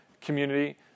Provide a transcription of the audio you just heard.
community